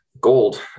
Gold